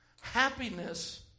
Happiness